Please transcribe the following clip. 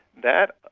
that